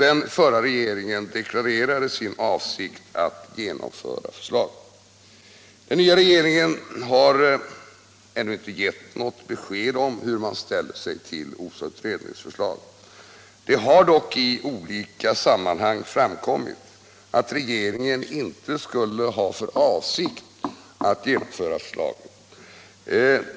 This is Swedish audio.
Den förra regeringen deklarerade sin avsikt att genomföra förslaget. Den nya regeringen har ännu inte gett något besked om hur man ställer sig till OSA-utredningens förslag. Det har dock i olika sammanhang framkommit att regeringen inte skulle ha för avsikt att genomföra förslaget.